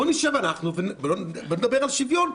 בואו נשב אנחנו ונדבר על שוויון,